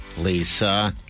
Lisa